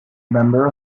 member